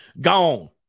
Gone